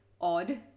odd